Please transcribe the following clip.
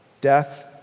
death